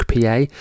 pa